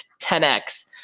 10X